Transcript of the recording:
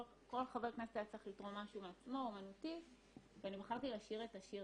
כל חבר כנסת היה צריך לתרום משהו אומנותי מעצמו ואני חברתי לשיר את השיר